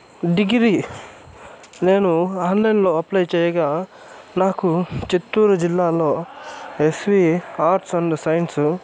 degree నేను ఆన్లైన్లో apply చేయగా నాకు చిత్తూరు జిల్లాలో S V arts and science